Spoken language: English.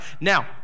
Now